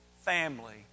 family